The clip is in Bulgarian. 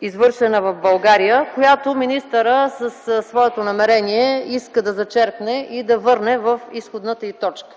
извършена в България, която министърът със своето намерение иска да зачеркне и да върне в изходната й точка.